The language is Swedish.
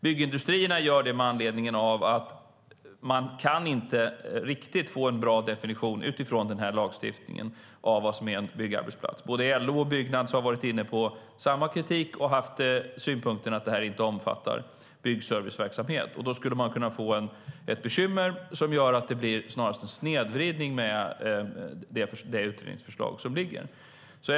Byggindustrierna gör det med anledning av att man utifrån den här lagstiftningen inte riktigt kan få en bra definition av vad som är en byggarbetsplats. Både LO och Byggnads har varit inne på samma kritik och haft synpunkten att det här inte omfattar byggserviceverksamhet, och då skulle man kunna få ett bekymmer som gör att det snarast blir en snedvridning med det utredningsförslag som föreligger.